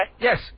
Yes